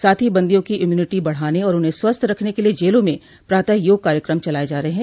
साथ ही बंदियों की इम्युनिटी बढ़ाने और उन्हें स्वस्थ रखने के लिये जेलों में प्रातः योग कार्यक्रम चलाये जा रहे है